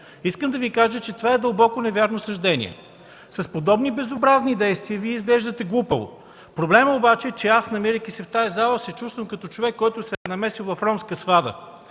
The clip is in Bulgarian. Искам да Ви кажа, че това е дълбоко невярно съждение. С подобни безобразни действия Вие изглеждате глупаво. Проблемът обаче е, че аз, намирайки се в тази зала, се чувствам като човек, който се е намесил в ромска свада.